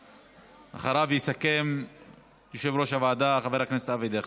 אחריו יסכם יושב-ראש הוועדה חבר הכנסת אבי דיכטר.